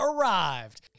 arrived